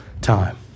time